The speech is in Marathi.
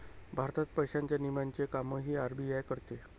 भारतात पैशांच्या नियमनाचे कामही आर.बी.आय करते